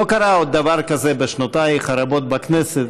לא קרה עוד דבר כזה בשנותייך הרבות בכנסת,